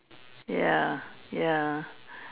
ya ya